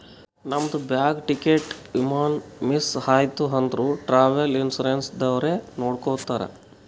ನಮ್ದು bag, ticket, ವಿಮಾನ miss ಐಯ್ತ ಅಂದುರ್ ಟ್ರಾವೆಲ್ ಇನ್ಸೂರೆನ್ಸ್ ದವ್ರೆ ನೋಡ್ಕೊತ್ತಾರ್